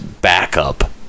backup